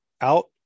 out